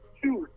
two